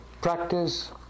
practice